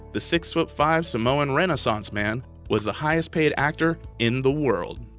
the six-foot-five samoan renaissance man was the highest-paid actor in the world!